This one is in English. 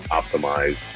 optimize